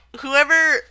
whoever